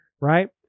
right